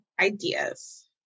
ideas